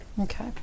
Okay